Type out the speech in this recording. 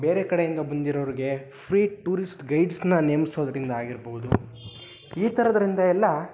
ಬೇರೆ ಕಡೆಯಿಂದ ಬಂದಿರೋರಿಗೆ ಫ್ರೀ ಟೂರಿಸ್ಟ್ ಗೈಡ್ಸನ್ನ ನೇಮಿಸೋದರಿಂದ ಆಗಿರ್ಬೋದು ಈ ಥರದ್ರಿಂದ ಎಲ್ಲ